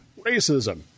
racism